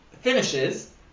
finishes